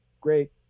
great